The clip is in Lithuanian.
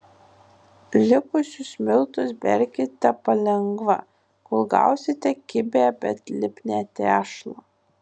likusius miltus berkite palengva kol gausite kibią bet lipnią tešlą